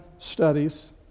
studies